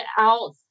out